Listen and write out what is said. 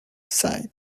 said